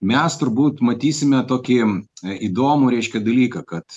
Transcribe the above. mes turbūt matysime tokį įdomų reiškia dalyką kad